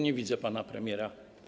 Nie widzę pana premiera.